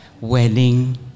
Wedding